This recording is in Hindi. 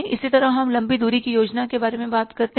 इसी तरह हम लंबी दूरी की योजना के बारे में बात करते हैं